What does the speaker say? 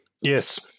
yes